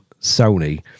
Sony